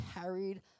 carried